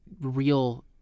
real